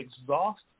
Exhaust